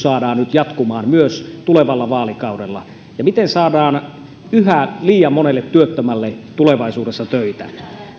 saadaan nyt jatkumaan myös tulevalla vaalikaudella ja miten saadaan yhä liian monelle työttömälle tulevaisuudessa töitä